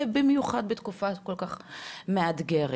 ובמיוחד בתקופה כל כך מאתגרת.